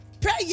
prayer